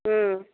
ಹ್ಞೂ